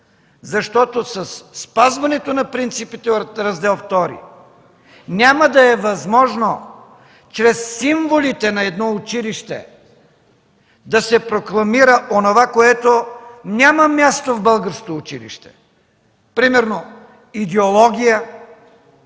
защото със спазването на принципите от Раздел ІІ няма да е възможно чрез символите на едно училище да се прокламира онова, което няма място в българското училище. Примерно, идеология,